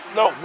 no